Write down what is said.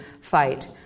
fight